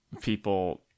People